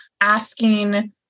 asking